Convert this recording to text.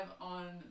on